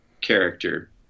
character